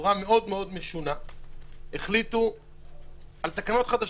בצורה מאוד משונה החליטו על תקנות חדשות: